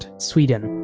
sweden.